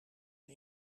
een